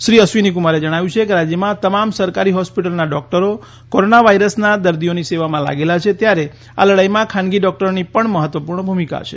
શ્રી અશ્વિની કુમારે જણાવ્યું છે કે રાજ્યમાં તમામ સરકારી હોસ્પિટલોના ડોક્ટરો કોરોના વાયરસના દર્દીઓની સેવામાં લાગેલા જ છે ત્યારે આ લડાઈમાં ખાનગી ડોક્ટરોની પણ મહત્વપૂર્ણ ભૂમિકા છે